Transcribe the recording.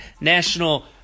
National